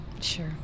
Sure